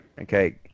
Okay